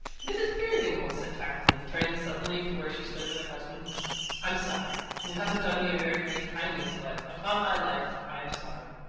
mrs. peerybingle, said tackleton, turning suddenly to where she stood with her husband i'm sorry. you haven't done me a very great kindness, but, upon my life, i am sorry.